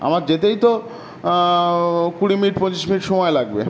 আমার যেতেই তো কুড়ি মিনিট পঁচিশ মিনিট সময় লাগবে